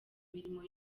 mirimo